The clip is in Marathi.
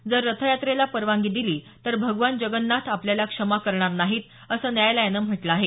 जर रथयात्रेला परवानगी दिली तर भगवान जगन्नाथ आपल्याला क्षमा करणार नाहीत असं न्यायालयान म्हटलं आहे